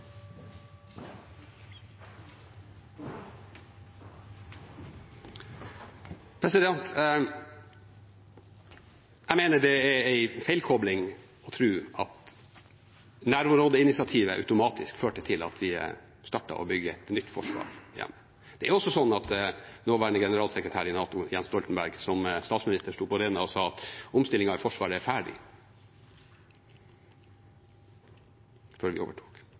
feilkobling å tro at nærområdeinitiativet automatisk førte til at vi startet å bygge et nytt forsvar igjen. Det er også slik at nåværende generalsekretær i NATO, Jens Stoltenberg, som statsminister sto på Rena og sa at omstillingen i Forsvaret er ferdig – før vi overtok.